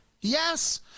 Yes